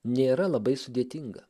nėra labai sudėtinga